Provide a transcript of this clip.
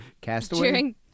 Castaway